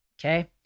Okay